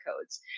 codes